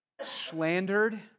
slandered